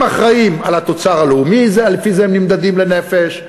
הם אחראים לתוצר הלאומי, ולפי זה הם נמדדים לנפש,